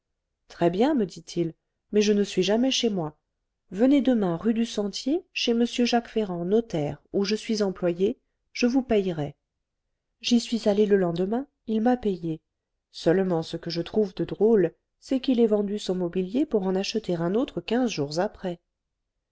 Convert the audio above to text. très-bien me dit-il mais je ne suis jamais chez moi venez demain rue du sentier chez m jacques ferrand notaire où je suis employé je vous payerai j'y suis allée le lendemain il m'a payée seulement ce que je trouve de drôle c'est qu'il ait vendu son mobilier pour en acheter un autre quinze jours après